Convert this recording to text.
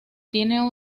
tiene